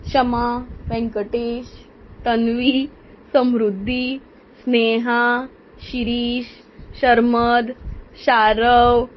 Kshama Venkatesh Tanvi Samruddhi Sneha Shirish Sharmad Sharav